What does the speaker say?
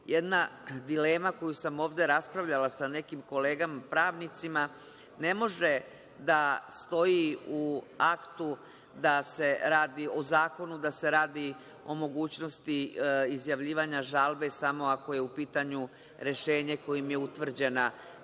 jedna dilema, koju sam ovde raspravljala sa nekim kolegama pravnicima, ne može da stoji u zakonu da se radi o mogućnosti izjavljivanja žalbe samo ako je u pitanju rešenje kojim je utvrđena